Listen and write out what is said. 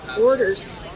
orders